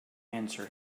answer